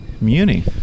Muni